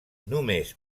només